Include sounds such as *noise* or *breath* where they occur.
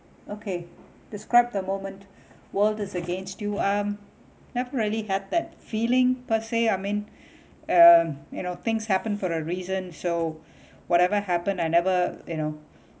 okay describe the moment world is against you um never really had that feeling per se I mean *breath* um you know things happen for a reason so *breath* whatever happened I never you know